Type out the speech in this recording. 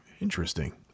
interesting